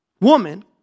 woman